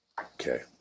Okay